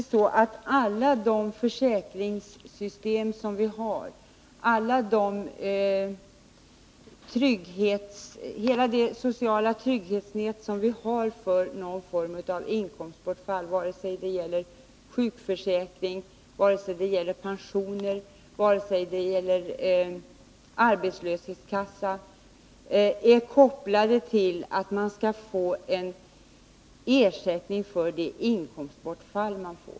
Det är faktiskt så att alla de försäkringssystem vi har, hela det sociala trygghetsnät vi har för att ersätta någon form av inkomstbortfall — vare sig det gäller sjukförsäkring, pensioner eller arbetslöshetskassa — är kopplat till att man skall få ersättning för det inkomstbortfall man har.